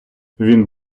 він